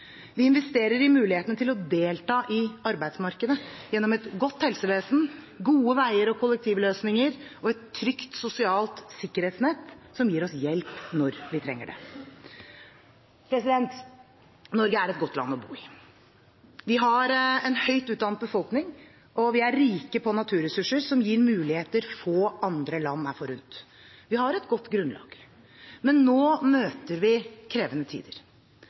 Vi investerer i mulighetene til å delta i arbeidsmarkedet – gjennom et godt helsevesen, gode veier og kollektivløsninger og et trygt sosialt sikkerhetsnett som gir oss hjelp når vi trenger det. Norge er et godt land å bo i. Vi har en høyt utdannet befolkning og er rike på naturressurser som gir muligheter få andre land er forunt. Vi har et godt grunnlag. Men nå møter vi krevende tider.